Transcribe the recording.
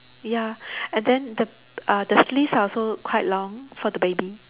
ya and then the uh sleeves are also quite long for the baby